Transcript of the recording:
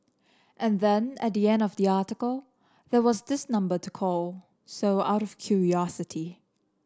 and then at the end of the article there was this number to call so out of curiosity